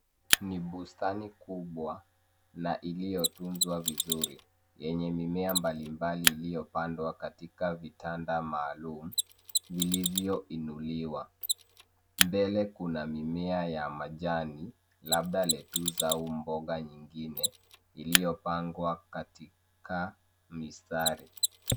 Ni bustani kubwa na iliyotunzwa vizuri yenye mimea mbalimbali iliyopandwa katika vitanda maalum vilivyoinuliwa. Mbele kuna mimea ya majani labda lettuce za mboga nyingine iliyopangwa katika mistari.